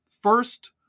first